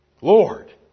Lord